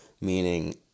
meaning